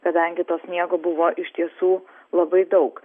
kadangi to sniego buvo iš tiesų labai daug